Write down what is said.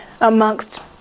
amongst